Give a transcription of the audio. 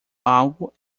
algo